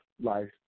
life